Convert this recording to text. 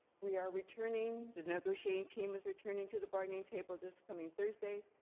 we are returning, the negotiating team, is returning to the bargaining table this coming thursday.